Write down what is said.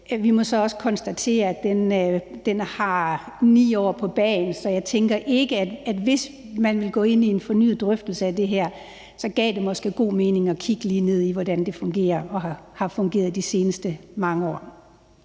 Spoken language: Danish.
Vi må så også konstatere, at den har 9 år på bagen, så jeg tænker, at hvis man vil gå ind i en fornyet drøftelse af det her, gav det måske god mening lige at dykke ned i, hvordan det fungerer og har fungeret de seneste mange år.